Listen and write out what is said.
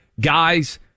guys